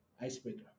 icebreaker